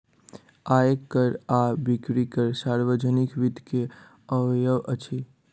आय कर आ बिक्री कर सार्वजनिक वित्त के अवयव अछि